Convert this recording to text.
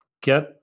get